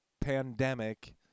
pandemic